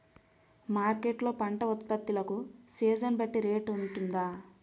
Market లొ పంట ఉత్పత్తి లకు సీజన్ బట్టి రేట్ వుంటుందా?